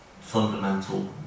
fundamental